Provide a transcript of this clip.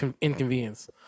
inconvenience